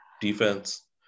Defense